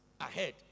ahead